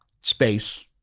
space